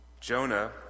Jonah